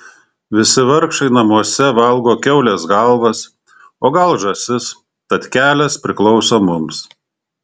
visi vargšai namuose valgo kiaulės galvas o gal žąsis tad kelias priklauso mums